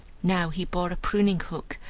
now he bore a pruning-hook,